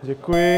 Děkuji.